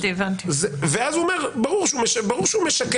אז הוא אומר, ברור שהוא משקר.